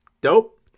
Dope